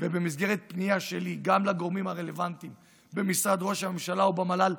ובמסגרת פנייה שלי גם לגורמים הרלוונטיים במשרד ראש הממשלה ובמל"ל,